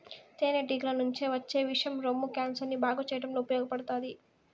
తేనె టీగల నుంచి వచ్చే విషం రొమ్ము క్యాన్సర్ ని బాగు చేయడంలో ఉపయోగపడతాది